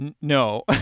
No